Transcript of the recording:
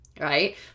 right